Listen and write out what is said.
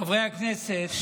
חברי הכנסת,